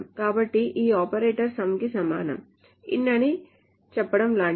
కాబట్టి ఈ operator some కి సమానం in అని చెప్పడం లాంటిది